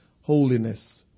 holiness